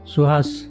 Suhas